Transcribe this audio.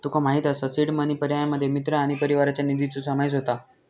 तुका माहित असा seed money पर्यायांमध्ये मित्र आणि परिवाराच्या निधीचो समावेश होता